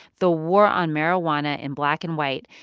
the war on marijuana in black and white.